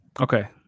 Okay